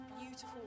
beautiful